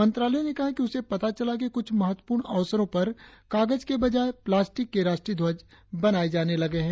मंत्रालय ने कहा है कि उसे पता चला है कि कुछ महत्वपूर्ण अवसरों पर कागज के बजाय प्लास्टिक के राष्ट्रीय ध्वज बनाए जाने लगे हैं